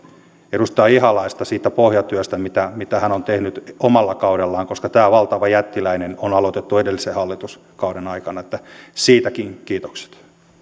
edustaja ihalaista siitä pohjatyöstä mitä mitä hän on tehnyt omalla kaudellaan koska tämä valtava jättiläinen on aloitettu edellisen hallituskauden aikana siitäkin kiitokset